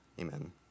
Amen